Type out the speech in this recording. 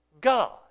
God